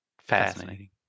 fascinating